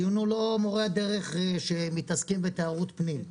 הדיון הוא לא על מורי הדרך שמתעסקים בתיירות פנים.